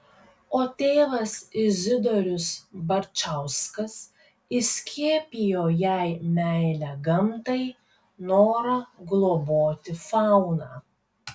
o tėvas izidorius barčauskas įskiepijo jai meilę gamtai norą globoti fauną